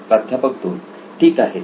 प्राध्यापक 2 ठीक आहे